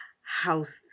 house